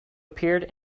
appeared